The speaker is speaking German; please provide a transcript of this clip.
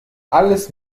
alles